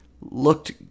looked